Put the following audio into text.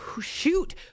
shoot